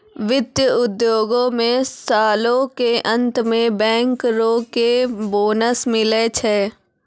वित्त उद्योगो मे सालो के अंत मे बैंकरो के बोनस मिलै छै